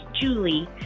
julie